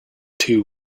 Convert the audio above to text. two